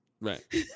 Right